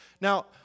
Now